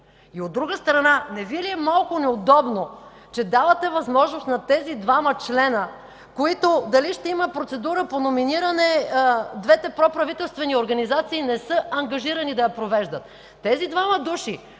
От друга страна, не Ви ли е малко неудобно, че давате възможност за тези двама членове, за които дали ще има процедура по номиниране, двете проправителствени организации не са ангажирани да я провеждат. Тези двама души,